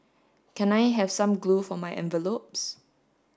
can I have some glue for my envelopes